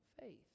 faith